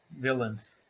villains